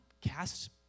cast